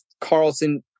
Carlson